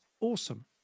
awesome